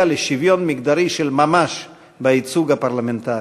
לשוויון מגדרי של ממש בייצוג הפרלמנטרי.